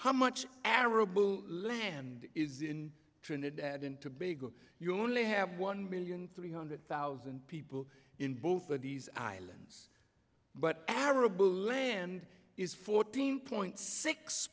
how much arab land is in trinidad and tobago you only have one million three hundred thousand people in both of these islands but arab land is fourteen point six